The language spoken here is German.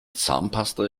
zahnpasta